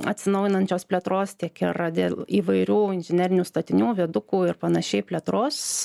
atsinaujinančios plėtros tiek ir dėl įvairių inžinerinių statinių viadukų ir panašiai plėtros